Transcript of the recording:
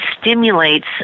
stimulates